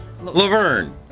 Laverne